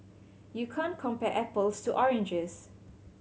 you can't compare apples to oranges